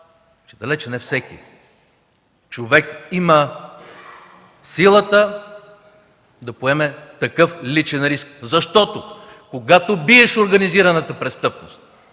че далеч не всеки човек има силата да поеме такъв личен риск, защото когато биеш организираната престъпност,